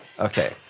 Okay